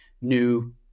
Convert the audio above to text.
new